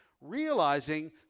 realizing